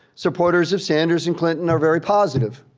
supporters of sanders and clinton are very positive.